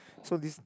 so this